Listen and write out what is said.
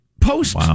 post